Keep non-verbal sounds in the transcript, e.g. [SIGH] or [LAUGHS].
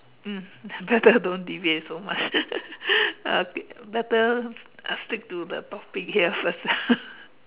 mm better don't deviate so much [LAUGHS] okay better stick to the topic here first [LAUGHS]